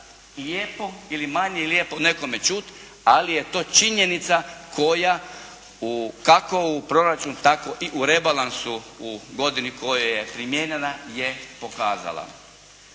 lijepo ili manje lijepo nekome čuti, ali je to činjenica koja u, kako u proračun tako i u rebalansu u godini koje je primijenjena je prikazana.